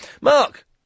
Mark